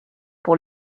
pour